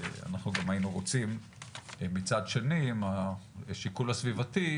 אנחנו גם היינו רוצים מצד שני מהשיקול הסביבתי,